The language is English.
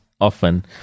often